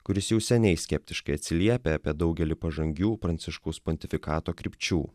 kuris jau seniai skeptiškai atsiliepia apie daugelį pažangių pranciškaus pontifikato krypčių